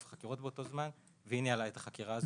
חקירות באותו זמן והיא ניהלה את החקירה הזו.